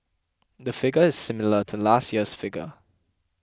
the figure is similar to last year's figure